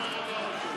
חברי הכנסת,